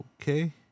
Okay